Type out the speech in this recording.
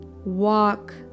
Walk